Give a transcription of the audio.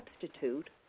substitute